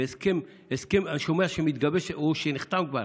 ואני שומע שמתגבש או שנחתם כבר